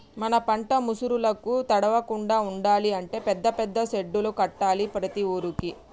మన పంట ముసురులకు తడవకుండా ఉండాలి అంటే పెద్ద పెద్ద సెడ్డులు కట్టాలి ప్రతి ఊరుకి